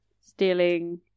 stealing